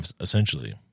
essentially